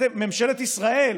ממשלת ישראל,